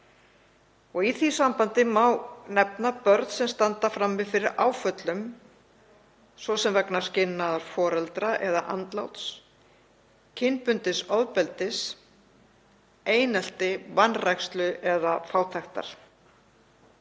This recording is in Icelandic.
Í því sambandi má nefna börn sem standa frammi fyrir áföllum, svo sem vegna skilnaðar foreldra eða andláts, kynbundins ofbeldis, eineltis, vanrækslu eða fátæktar.